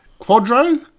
quadro